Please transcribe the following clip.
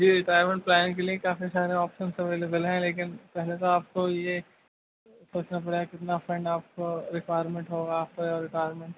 جی retirement plan کے لیے کافی سارے آپشنس اویلیبل ہیں لیکن پہلے تو آپ کو یہ سوچنا پڑا ہے کتنا فنڈ آپ کو رکوائرمنٹ ہوگا آپ کو ریٹائرمنٹ